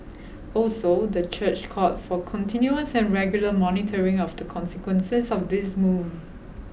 also the church called for continuous and regular monitoring of the consequences of this move